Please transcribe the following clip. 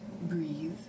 breathe